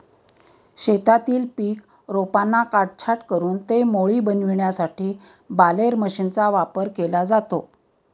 शेतातील पीक रोपांना काटछाट करून ते मोळी बनविण्यासाठी बालेर मशीनचा वापर केला जातो